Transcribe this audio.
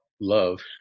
Love